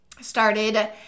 started